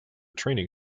training